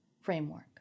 framework